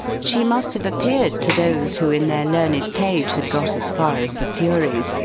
she must have appeared to those who in their learned page had got as far as the furies,